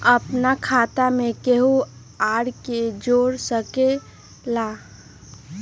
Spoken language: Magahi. अपन खाता मे केहु आर के जोड़ सके ला?